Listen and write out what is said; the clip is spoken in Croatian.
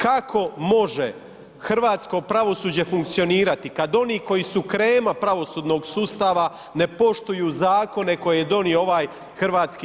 Kako može hrvatsko pravosuđe funkcionirati kad oni koji su krema pravosudnog sustava ne poštuju zakone koji je donio ovaj HS?